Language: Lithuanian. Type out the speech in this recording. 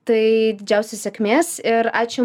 tai didžiausios sėkmės ir ačiū